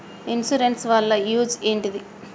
Insurance వాళ్ల use ఏంటిది?